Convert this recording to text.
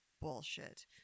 bullshit